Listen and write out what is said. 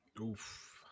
oof